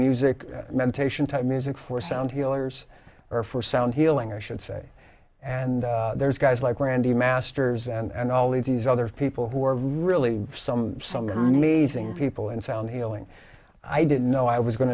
music meditation type music for sound healers are for sound healing i should say and there's guys like randy masters and all these other people who are really some some amazing people and found healing i didn't know i was going